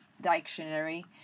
dictionary